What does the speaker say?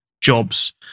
jobs